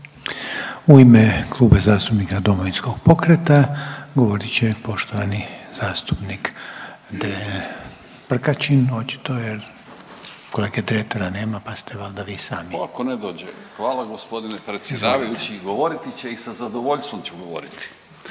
U ime Kluba zastupnika Domovinskog pokreta govorit će poštovani zastupnik Prkačin, očito jer kolege Dretara nema, pa ste valda vi sami. **Prkačin, Ante (DP)** Pa ako ne dođe, hvala g. predsjedavajući. Govoriti će i sa zadovoljstvom ću govoriti.